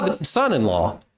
son-in-law